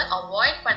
avoid